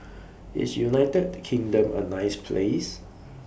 IS United Kingdom A nice Place